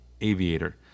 aviator